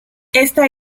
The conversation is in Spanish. esta